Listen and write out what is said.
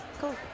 Cool